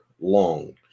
long